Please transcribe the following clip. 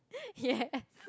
ya